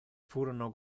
furono